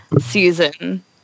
season